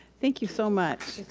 thank you so much.